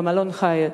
במלון "היאט".